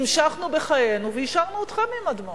המשכנו את חיינו והשארנו אתכם עם הדמעות.